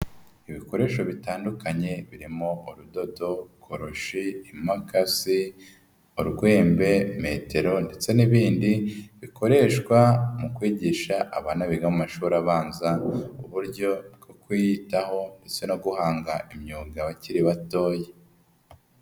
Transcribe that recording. Ibikoresho bitandukanye birimo urudodo, koroshi, imakasi, urwembe, metero ndetse n'ibindi bikoreshwa mu kwigisha abana biga mu mashuri abanza, uburyo bwo kwiyitaho ndetse no guhanga imyuga abakiri batoya.